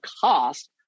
cost